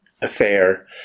affair